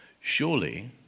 Surely